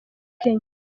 kenya